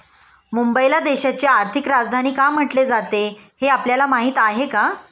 मुंबईला देशाची आर्थिक राजधानी का म्हटले जाते, हे आपल्याला माहीत आहे का?